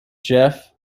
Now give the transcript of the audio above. jeff